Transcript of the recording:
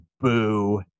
boo